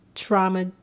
trauma